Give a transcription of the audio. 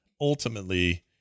ultimately